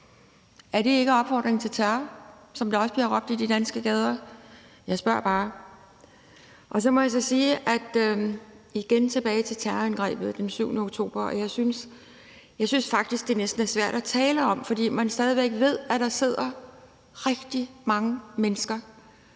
Er det ikke opfordring til terror, som der også bliver råbt i de danske gader? Jeg spørger bare. Så må jeg så også sige noget andet, og det er igen om terrorangrebet den 7. oktober. Jeg synes faktisk, det næsten er svært at tale om, fordi man stadig væk ved, at der sidder rigtig mange mennesker,